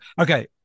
okay